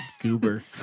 Goober